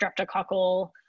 streptococcal